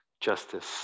justice